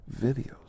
videos